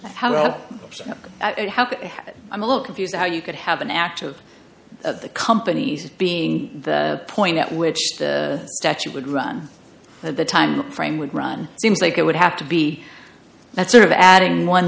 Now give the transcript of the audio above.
well i'm a little confused how you could have an act of of the companies being the point at which statute would run at the time frame would run seems like it would have to be that sort of adding one